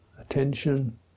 attention